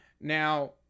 now